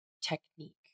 technique